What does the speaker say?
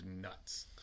nuts